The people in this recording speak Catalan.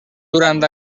durant